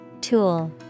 Tool